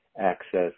access